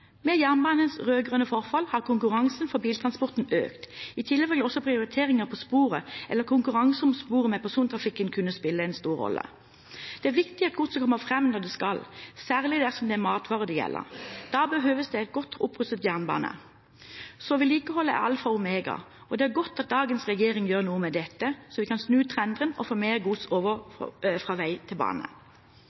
Med jernbanens rød-grønne forfall har konkurransen fra biltransporten økt. I tillegg vil også prioriteringer på sporet eller konkurranse om sporet med persontrafikk kunne spille en stor rolle. Det er viktig at godset kommer fram når det skal, særlig dersom det er matvarer det gjelder. Da behøves det en godt opprustet jernbane. Så vedlikehold er alfa og omega, og det er godt at dagens regjering gjør noe med dette, slik at vi kan snu trenden og få mer gods over fra vei til bane.